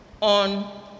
on